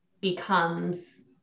becomes